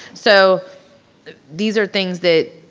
so these are things that